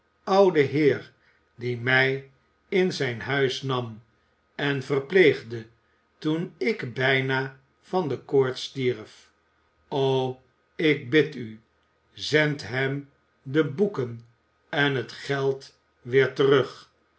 ouden heer die mij in zijn huis nam en verpleegde toen ik bijna van de koorts stierf o ik bid u zendt hem de boeken en het geld weer terug